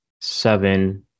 seven